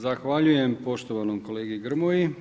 Zahvaljujem poštovanom kolegi Grmoji.